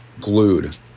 glued